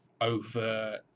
over